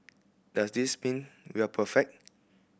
does this mean we are perfect